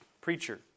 preacher